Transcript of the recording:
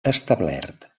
establert